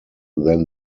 than